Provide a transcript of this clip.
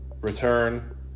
return